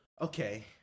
Okay